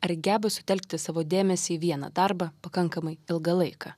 ar geba sutelkti savo dėmesį į vieną darbą pakankamai ilgą laiką